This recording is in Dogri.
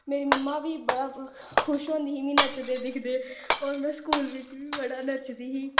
मेरी मम्मा बी बड़ा खुश होंदी ही मिगी नच्चदे दिखदे और मैं स्कूल बिच्च बी बड़ा नचदी